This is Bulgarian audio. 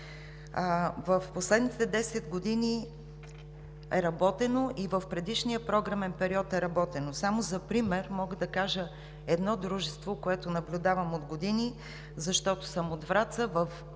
В последните десет години е работено и в предишния програмен период е работено. За пример мога да посоча едно дружество, което наблюдавам от години, защото съм от Враца.